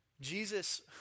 Jesus